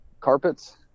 carpets